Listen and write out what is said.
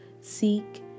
seek